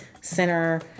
Center